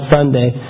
Sunday